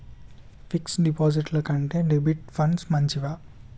Fix డ్ డిపాజిట్ల కంటే డెబిట్ ఫండ్స్ మంచివా?